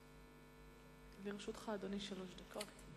לרשותך, אדוני, שלוש דקות.